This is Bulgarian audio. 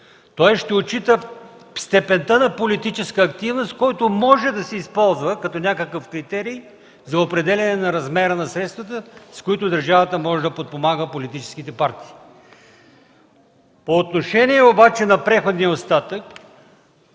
тоест ще отчита степента на политическа активност, което може да се използва като някакъв критерии за определяне размера на средствата, с които държавата може да подпомага политическите партии. По отношение на преходния остатък